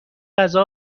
غذا